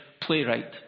playwright